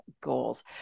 goals